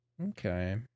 Okay